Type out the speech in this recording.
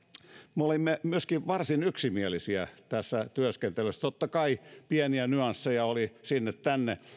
me olimme myöskin varsin yksimielisiä tässä työskentelyssä totta kai pieniä nyansseja oli sinne tänne